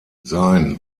sein